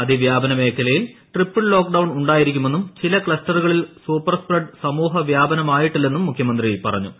അതിവ്യാപന മേഖലയിൽ triple lockdown ഉണ്ടായിരിക്കുമെന്നും ചില ക്ലസ്റ്ററുകളിൽ സൂപ്പർ സ്പ്രെഡ് സ്സ്മൂഹവ്യാപനമായിട്ടില്ലെന്നും മുഖ്യമന്ത്രി പറഞ്ഞു